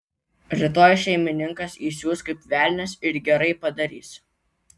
rytoj šeimininkas įsius kaip velnias ir gerai padarys